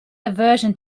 aversion